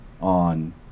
on